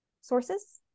Sources